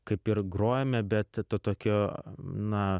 kaip ir grojame bet to tokio na